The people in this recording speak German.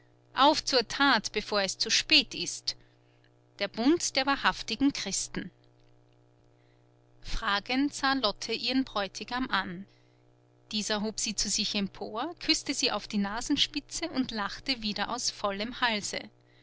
auf zur tat bevor es zu spät ist der bund der wahrhaftigen christen fragend sah lotte ihren bräutigam an dieser hob sie zu sich empor küßte sie auf die nasenspitze und lachte wieder aus vollem halse